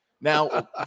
Now